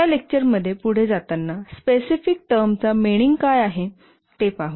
या लेक्चरमध्ये पुढे जाताना स्पेसिफिक टर्मचा मिनिंग काय आहे ते पाहू